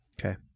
Okay